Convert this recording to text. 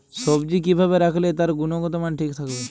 সবজি কি ভাবে রাখলে তার গুনগতমান ঠিক থাকবে?